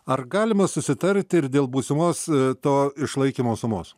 ar galima susitarti ir dėl būsimos to išlaikymo sumos